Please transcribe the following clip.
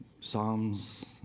Psalms